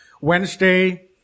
Wednesday